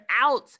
out